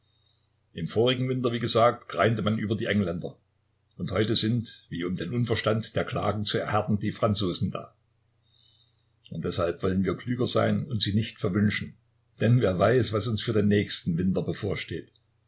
im vorigen winter wie gesagt greinte man über die engländer und heute sind wie um den unverstand der klagen zu erhärten die franzosen da und deshalb wollen wir klüger sein und sie nicht verwünschen denn wer weiß was uns für den nächsten winter bevorsteht